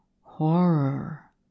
horror